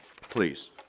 Please